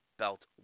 belt